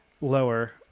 lower